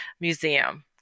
Museum